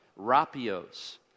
rapios